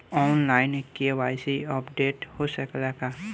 आन line KYC updation हो सकेला का?